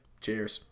Cheers